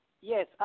yes